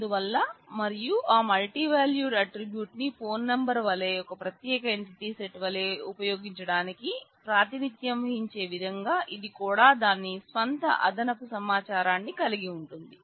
అందువల్ల మరియు ఆ మల్టీవాల్యూడ్ ఆట్రిబ్యూట్ ని ఫోన్ నెంబరు వలే ఒక ప్రత్యేక ఎంటిటీ సెట్ వలే ఉపయోగించడానికి ప్రాతినిధ్యం వహించే విధంగా ఇది కూడా దాని స్వంత అదనపు సమాచారాన్ని కలిగి ఉంటుంది